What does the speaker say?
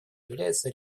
является